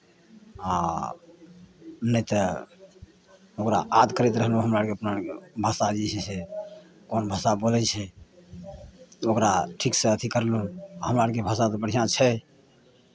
आ नहि तऽ ओकरा यादगारी रहलहुँ हमराके अपना भाषा जे छै से कोन भाषा बोलै छै ओकरा ठीकसँ अथि करलहुँ हमरा आरके भाषा तऽ बढ़िआँ छै